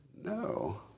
No